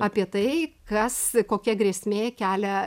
apie tai kas kokia grėsmė kelia